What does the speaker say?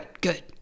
good